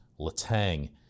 Letang